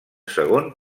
segon